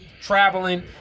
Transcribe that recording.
traveling